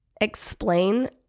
explain